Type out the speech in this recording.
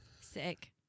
Sick